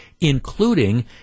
including